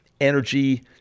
energy